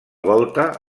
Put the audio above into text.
volta